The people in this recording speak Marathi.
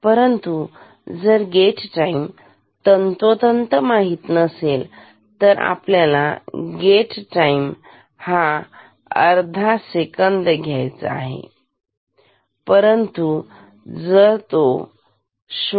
परंतु जर गेट टाईम तंतोतंत माहित नसेल तर आपल्याला गेट टाईम हा अर्धा सेकंद घ्यायचा आहे परंतु जर तो 0